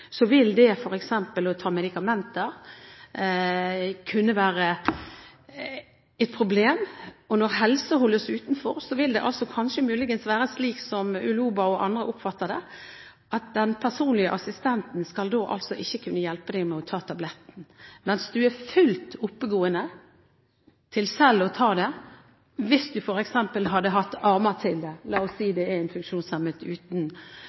holdes utenfor, vil det muligens være slik som Uloba og andre oppfatter det, at den personlige assistenten ikke skal kunne hjelpe deg å ta tabletten, selv om du ville vært fullt oppegående til selv å ta den hvis du f.eks. hadde hatt armer til det – la oss si dette er en funksjonshemmet uten